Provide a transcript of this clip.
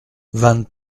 vingt